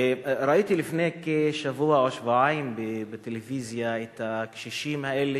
ראיתי לפני שבוע או שבועיים בטלוויזיה את הקשישים האלה